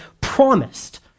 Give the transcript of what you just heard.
promised